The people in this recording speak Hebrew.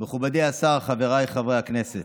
מכובדי השר, חבריי חברי הכנסת,